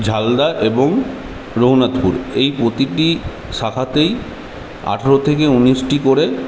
ঝালদা এবং রঘুনাথপুর এই প্রতিটি শাখাতেই আঠেরো থেকে ঊনিশটি করে